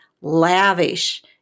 lavish